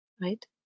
right